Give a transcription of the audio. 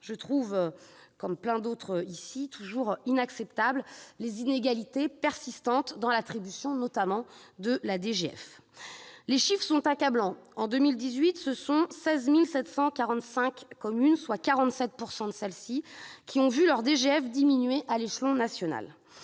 vous, mes chers collègues, toujours inacceptables les inégalités persistantes dans l'attribution de la DGF. Les chiffres sont accablants. En 2018, ce sont 16 745 communes, soit 47 % de celles-ci, qui ont vu leur DGF diminuer à l'échelon national.